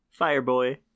Fireboy